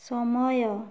ସମୟ